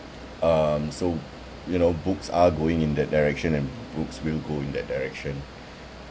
um so you know books are going in that direction and books will go in that direction